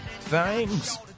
Thanks